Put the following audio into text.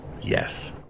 Yes